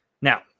Now